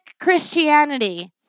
Christianity